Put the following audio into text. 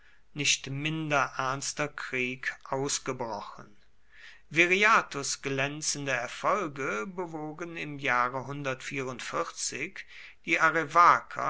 nicht minder ernster krieg ausgebrochen viriathus glänzende erfolge bewogen im jahre die